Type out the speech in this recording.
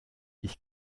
ich